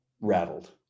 rattled